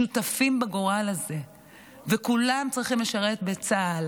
שותפים בגורל הזה וכולם צריכים לשרת בצה"ל